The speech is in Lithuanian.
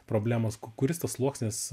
problemos k kuris tas sluoksnis